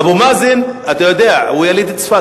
אבו מאזן, אתה יודע, הוא יליד צפת.